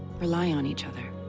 rely on each other.